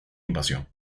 invasión